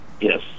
Yes